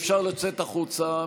אפשר לצאת החוצה,